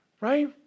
right